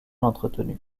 entretenu